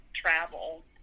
travel